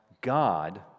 God